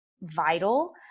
vital